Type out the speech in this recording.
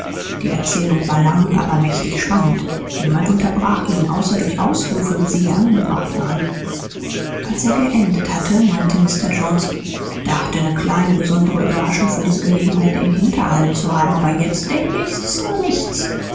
die erzählung war lang aber mächtig spannend niemand unterbrach ihn außer durch ausrufe wie sie hier angebracht waren als er geendet hatte meinte mr jones dachte ne kleine besondere überraschung für diese gelegenheit in hinterhalt zu haben aber jetzt denk ich s war nichts